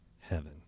heaven